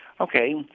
Okay